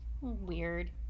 Weird